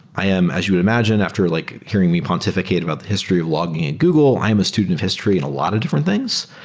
i am, as you would imagine, after like hearing me pontificate about the history of logging at google, i am a student of history in a lot of different things.